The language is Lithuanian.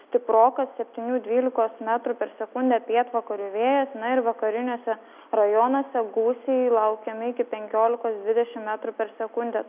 stiprokas septynių dvylikos metrų per sekundę pietvakarių vėjas na ir vakariniuose rajonuose gūsiai laukiami iki penkiolikos dvidešim metrų per sekundę